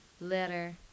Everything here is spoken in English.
letter